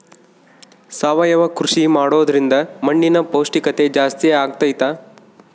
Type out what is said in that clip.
ಸಾವಯವ ಕೃಷಿ ಮಾಡೋದ್ರಿಂದ ಮಣ್ಣಿನ ಪೌಷ್ಠಿಕತೆ ಜಾಸ್ತಿ ಆಗ್ತೈತಾ?